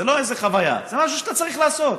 זאת לא איזו חוויה, זה משהו שאתה צריך לעשות.